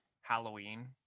Halloween